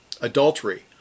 adultery